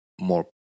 more